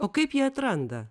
o kaip jie atranda